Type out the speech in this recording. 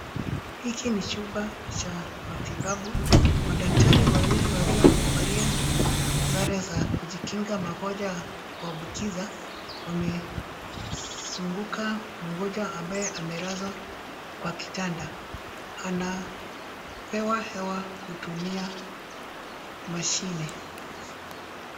Hiki ni chumba cha matibabu. Madaktari wawili waliovalia sare za kujikinga magonjwa ya kuambukizwa wamezunguka mgonjwa ambaye amelazwa kwa kitanda. Anapewa hewa kutumia mashine.